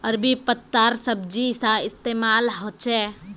अरबी पत्तार सब्जी सा इस्तेमाल होछे